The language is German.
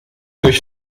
durch